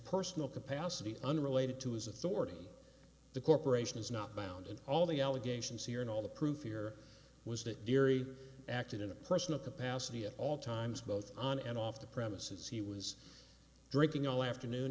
personal capacity unrelated to his authority the corporation is not bound and all the allegations here and all the proof here was that barry acted in a personal capacity at all times both on and off the premises he was drinking all afternoon